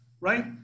right